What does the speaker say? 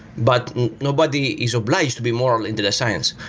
but nobody is obliged to be moral in data science.